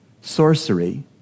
sorcery